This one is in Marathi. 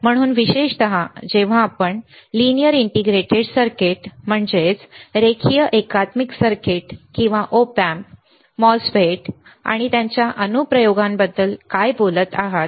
म्हणून विशेषत जेव्हा आपण लीनियर इंटिग्रेटेड सर्किट रेखीय एकात्मिक सर्किट किंवा ऑप अँप किंवा MOSFETs आणि त्यांच्या अनुप्रयोगांबद्दल काय बोलत आहात